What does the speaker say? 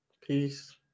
peace